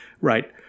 right